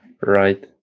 Right